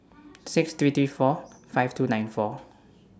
six three three four five two nine four